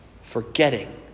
Forgetting